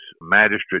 magistrate